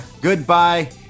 goodbye